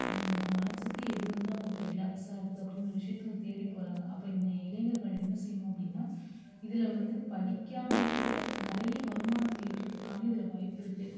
அவங்களோட மனதுக்கு எது வந்து அவங்களுக்கு ரிலாக்ஸாக இருக்குது அப்படிங்கிற விஷயத்த அவங்க தேடி போகிறாங்க அப்போ இந்த இளைஞர்கள் என்ன செய்யணும் அப்படின்னா இதில் வந்து படிக்காமேயே கூட நிறைய வருமானத்தை ஈட்டுறத்துக்கான இதில் வாய்ப்பு இருக்குது